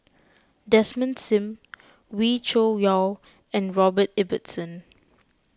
Desmond Sim Wee Cho Yaw and Robert Ibbetson